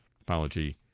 Apology